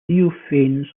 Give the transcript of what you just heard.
theophanes